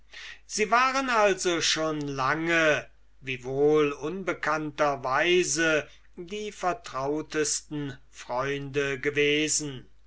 sie waren also schon lange wiewohl unbekannter weise die vertrautesten freunde gewesen